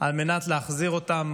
על מנת להחזיר אותם